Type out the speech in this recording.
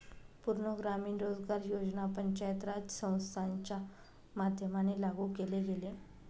पूर्ण ग्रामीण रोजगार योजना पंचायत राज संस्थांच्या माध्यमाने लागू केले गेले